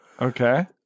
Okay